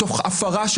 תוך הפרה.